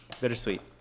Bittersweet